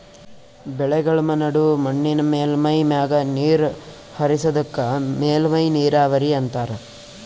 ಬೆಳೆಗಳ್ಮ ನಡು ಮಣ್ಣಿನ್ ಮೇಲ್ಮೈ ಮ್ಯಾಗ ನೀರ್ ಹರಿಸದಕ್ಕ ಮೇಲ್ಮೈ ನೀರಾವರಿ ಅಂತಾರಾ